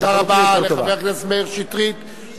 תודה רבה, חבר הכנסת מאיר שטרית.